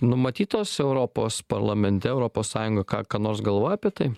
numatytos europos parlamente europos sąjunga ką ką nors galvoja apie tai